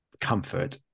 comfort